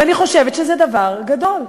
ואני חושבת שזה דבר גדול.